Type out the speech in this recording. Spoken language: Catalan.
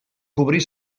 cobrir